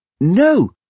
No